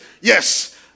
Yes